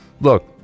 look